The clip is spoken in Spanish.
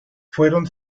fueron